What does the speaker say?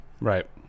Right